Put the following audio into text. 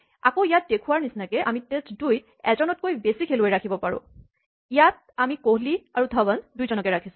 আকৌ ইয়াত দেখুৱাৰ নিচিনাকে আমি টেষ্ট২ ত এজনতকৈ বেছি খেলুৱৈ ৰাখিব পাৰো ইয়াত আমি কোহলি আৰু ধৱন দুইজনকে ৰাখিছোঁ